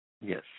Yes